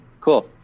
Cool